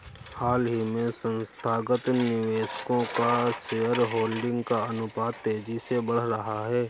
हाल ही में संस्थागत निवेशकों का शेयरहोल्डिंग का अनुपात तेज़ी से बढ़ रहा है